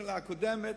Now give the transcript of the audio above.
בממשלה הקודמת,